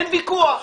אין ויכוח.